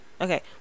okay